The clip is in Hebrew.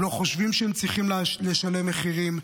הם לא חושבים שהם צריכים לשלם מחירים,